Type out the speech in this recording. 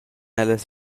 ellas